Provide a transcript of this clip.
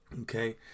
Okay